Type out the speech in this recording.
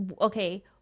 okay